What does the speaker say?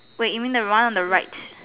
wait you mean the one on the right